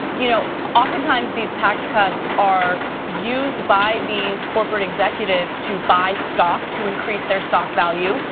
you know oftentimes these tax cuts are used by these corporate executives to buy stock to increase their stock value,